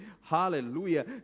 hallelujah